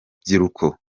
rubyiruko